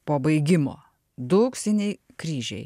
po baigimo du auksiniai kryžiai